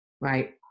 Right